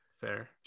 fair